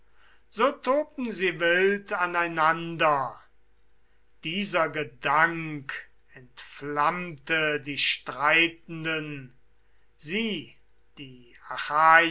so tobten sie wild aneinander dieser gedank entflammte die streitenden sie die